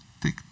take